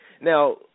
Now